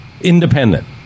Independent